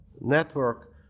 network